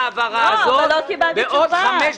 עוד חמש דקות,